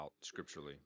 scripturally